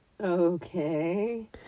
Okay